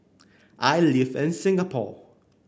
i live in Singapore